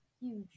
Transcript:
Huge